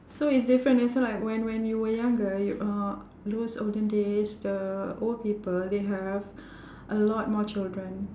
so it's different that's why like when when you were younger you uh those olden days the old people they have a lot more children